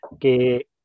que